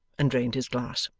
and drained his glass.